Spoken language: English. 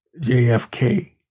JFK